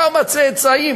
כמה צאצאים,